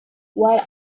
while